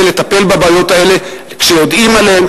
זה לטפל בבעיות האלה כשיודעים עליהן,